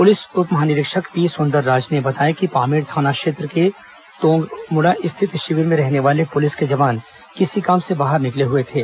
police उप महानिरीक्षक P Sundarraj ने बताया कि पामेड़ थाना क्षेत्र के तोंगगुड़ा स्थित शिविर में रहने वाले पुलिस के जवान किसी काम से बाहर निकले हुए थे